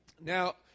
Now